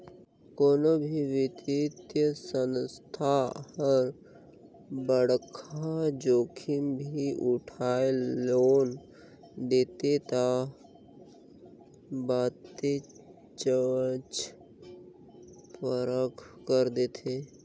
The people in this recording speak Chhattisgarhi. कोनो भी बित्तीय संस्था हर बड़खा जोखिम नी उठाय लोन देथे ता बतेच जांच परख कर देथे